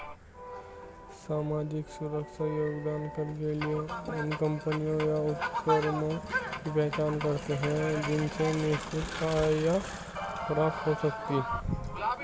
सामाजिक सुरक्षा योगदान कर के लिए उन कम्पनियों या उपक्रमों की पहचान करते हैं जिनसे निश्चित आय प्राप्त हो सके